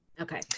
Okay